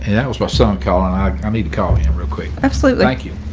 and that was my son colin, i need to call him real quick. absolutely like you.